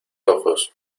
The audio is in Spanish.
ojos